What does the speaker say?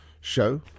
Show